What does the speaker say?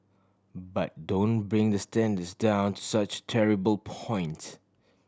but don't bring the standards down to such terrible points